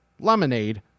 lemonade